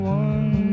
one